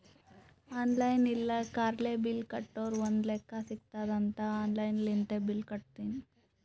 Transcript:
online ಇಲ್ಲ ಕಾರ್ಡ್ಲೆ bill ಕಟ್ಟುರ್ ಒಂದ್ ಲೆಕ್ಕಾ ಸಿಗತ್ತುದ್ ಅಂತ್ ಆನ್ಲೈನ್ ಲಿಂತೆ ಬಿಲ್ ಕಟ್ಟತ್ತಿನಿ